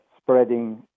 spreading